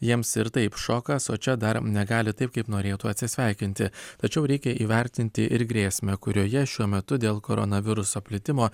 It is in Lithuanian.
jiems ir taip šokas o čia dar negali taip kaip norėtų atsisveikinti tačiau reikia įvertinti ir grėsmę kurioje šiuo metu dėl koronaviruso plitimo